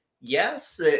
yes